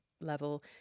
level